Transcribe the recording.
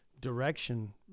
direction